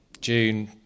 June